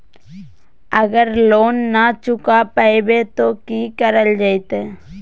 अगर लोन न चुका पैबे तो की करल जयते?